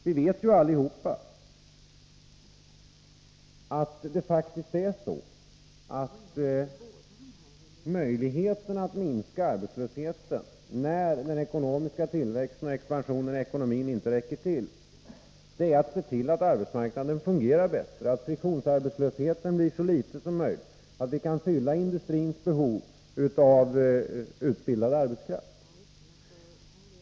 Vi vet ju allihop att det faktiskt är så att möjligheten att minska arbetslösheten, när den ekonomiska tillväxten och expansionen i ekonomin inte räcker, är att se till att. arbetsmarknaden fungerar bättre, att friktionsarbetslösheten blir så liten som möjligt och att vi kan fylla industrins behov av utbildad arbetskraft.